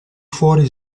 fuori